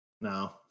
no